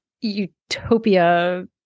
utopia